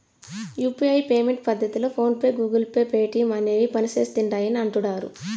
UPI payment పద్దతిలో PhonePe, Google Pay, Paytm అనేవి పనిసేస్తిండాయని అంటుడారు